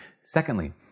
Secondly